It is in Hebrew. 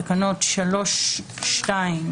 תקנות 3(2),